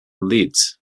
leeds